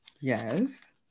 Yes